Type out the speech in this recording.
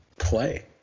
Play